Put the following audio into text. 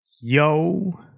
Yo